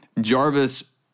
Jarvis